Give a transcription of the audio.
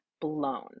blown